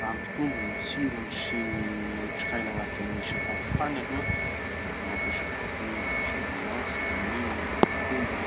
Mampitombo gny tsirony sy gny otrikaina agnatin'ny gny sakafo hany aloha, mampiasa kotomila. Sady magnitsy izy amin'igny no mitombo,